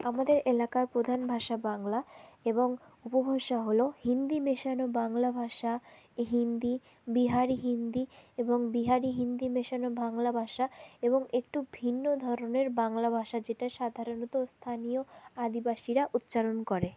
আমাদের এলাকার প্রধান ভাষা বাংলা এবং উপভাষা হলো হিন্দি মেশানো বাংলা ভাষা এই হিন্দি বিহারি হিন্দি এবং বিহারি হিন্দি মেশানো বাংলা ভাষা এবং একটু ভিন্ন ধরনের বাংলা ভাষা যেটা সাধারণত স্থানীয় আদিবাসীরা উচ্চারণ করে